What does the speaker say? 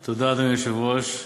תודה, אדוני היושב-ראש.